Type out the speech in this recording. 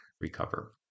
recover